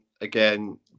Again